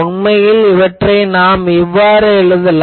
உண்மையில் நாம் இவ்வாறு எழுதலாம்